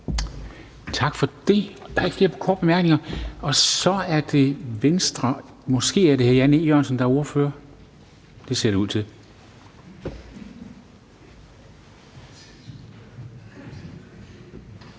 bemærkninger, og så er det Venstre. Måske er det hr. Jan E. Jørgensen, der er ordfører. Det ser det ud til.